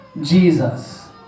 Jesus